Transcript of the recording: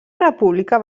república